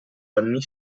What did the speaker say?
anni